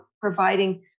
providing